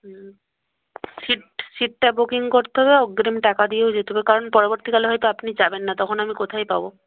seat সিটটা booking করতে হবে অগ্রিম টাকা দিয়েও যেতে হবে কারণ পরবর্তীকালে হয়তো আপনি যাবেন না তখন আমি কোথায় পাব